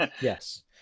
yes